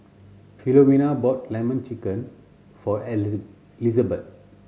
Filomena bought Lemon Chicken for Lizabeth